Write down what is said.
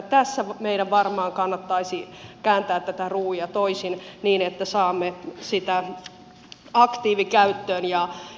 tässä meidän varmaan kannattaisi kääntää tätä ruuvia toisin niin että saamme niitä aktiivikäyttöön